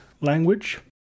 language